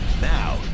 Now